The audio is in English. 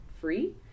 free